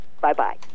Bye-bye